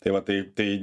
tai va tai tai